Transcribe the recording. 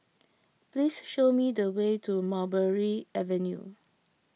please show me the way to Mulberry Avenue